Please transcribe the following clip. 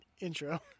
Intro